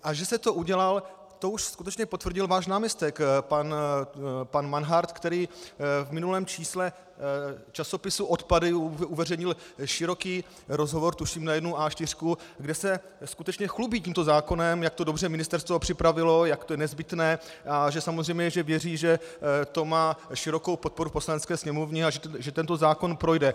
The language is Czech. A že jste to udělal, to už skutečně potvrdil váš náměstek pan Manhart, který v minulém čísle časopisu Odpady uveřejnil široký rozhovor, tuším na jednu A4, kde se skutečně chlubí tímto zákonem, jak to dobře ministerstvo připravilo, jak to je nezbytné a že samozřejmě že věří, že to má širokou podporu v Poslanecké sněmovně a že tento zákon projde.